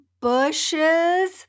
Bushes